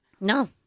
No